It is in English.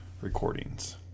recordings